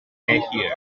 here